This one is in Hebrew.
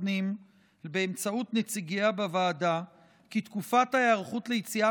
הפנים באמצעות נציגיה בוועדה כי תקופת ההיערכות ליציאה